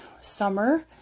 summer